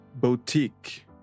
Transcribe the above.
boutique